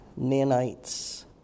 nanites